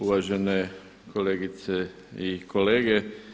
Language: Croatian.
Uvažene kolegice i kolege.